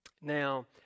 Now